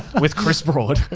with chris broad.